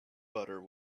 butter